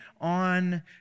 on